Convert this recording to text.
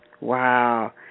Wow